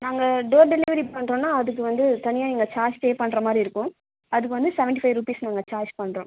நாங்கள் door delivery பண்ணுறோன்னா அதுக்கு வந்து தனியா நீங்கள் சார்ஜ் பே பண்ணுற மாதிரி இருக்கும் அதுக்கு வந்து செவன்ட்டி ஃபைவ் ருப்பீஸ் நாங்கள் சார்ஜ் பண்ணுறோம்